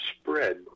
Spread